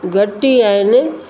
घटि ई आहिनि